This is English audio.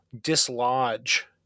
dislodge